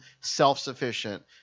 self-sufficient